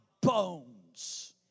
bones